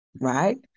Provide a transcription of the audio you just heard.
right